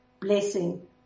blessing